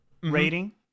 rating